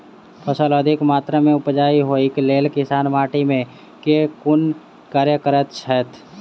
फसल अधिक मात्रा मे उपजाउ होइक लेल किसान माटि मे केँ कुन कार्य करैत छैथ?